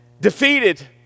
defeated